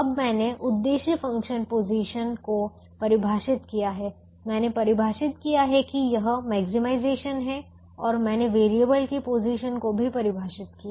अब मैंने उद्देश्य फ़ंक्शन पोजीशन को परिभाषित किया है मैंने परिभाषित किया है कि यह मैक्सिमाइजेशन है और मैंने वेरिएबल की पोजीशन को भी परिभाषित किया